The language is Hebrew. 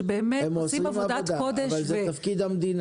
לשותפי למרחקים ארוכים רן מלמד וללשכה שלי.